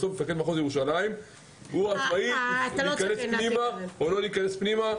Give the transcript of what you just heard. בסוף מפקד מחוז ירושלים הוא עצמאי להיכנס פנימה או לא להיכנס פנימה.